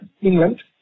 England